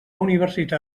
universitat